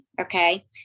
Okay